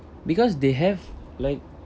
because they have like